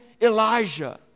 Elijah